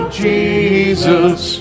jesus